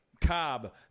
Cobb